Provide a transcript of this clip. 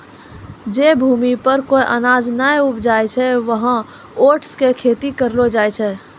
जै भूमि पर कोय अनाज नाय उपजै छै वहाँ ओट्स के खेती करलो जाय छै